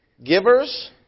Givers